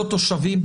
לא תושבים.